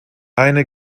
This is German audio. eine